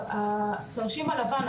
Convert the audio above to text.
התרשים הלבן,